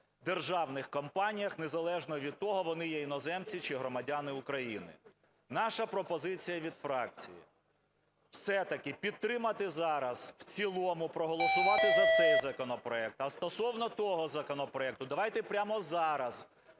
державних компаніях незалежно від того, вони є іноземці чи громадяни України. Наша пропозиція від фракції все-таки підтримати зараз в цілому, проголосувати за цей законопроект. А стосовно того законопроекту, давайте прямо зараз